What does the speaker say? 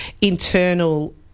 internal